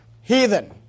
Heathen